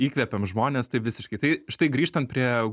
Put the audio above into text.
įkvepiam žmones taip visiškai tai štai grįžtant prie